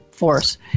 Force